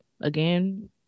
Again